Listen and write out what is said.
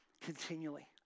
continually